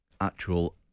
actual